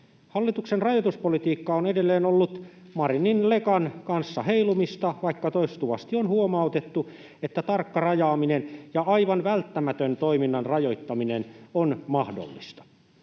Hallituksen rajoituspolitiikka on edelleen ollut Marinin lekan kanssa heilumista, vaikka toistuvasti on huomautettu, että tarkka rajaaminen ja aivan välttämätön toiminnan rajoittaminen on mahdollista.